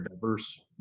diverse